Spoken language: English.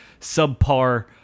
subpar